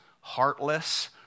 heartless